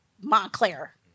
Montclair